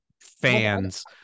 fans